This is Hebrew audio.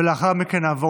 ולאחר מכן נעבור